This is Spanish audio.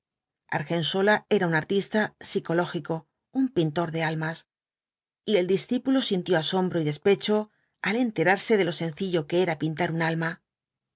ranciedades argensola era un artista psicológico un pintor de almas y el discípulo sintió asombro y despecho al enterarse de lo sencillo que era pintar un alma